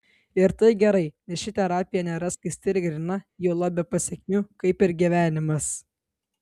ir tai gerai nes ši terapija nėra skaisti ir gryna juolab be pasekmių kaip ir gyvenimas